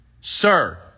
Sir